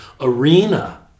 arena